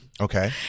Okay